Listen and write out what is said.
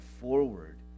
forward